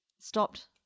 stopped